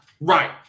right